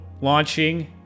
launching